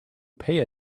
pay